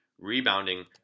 rebounding